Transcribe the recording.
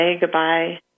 goodbye